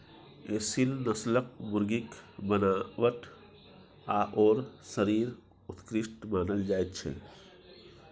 एसील नस्लक मुर्गीक बनावट आओर शरीर उत्कृष्ट मानल जाइत छै